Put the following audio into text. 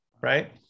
right